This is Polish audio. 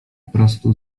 prostu